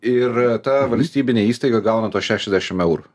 ir ta valstybinė įstaiga gauna tuos šešiasdešim eurų